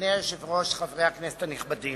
אדוני היושב-ראש, חברי הכנסת הנכבדים,